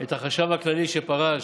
את החשב הכללי שפרש,